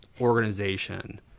Organization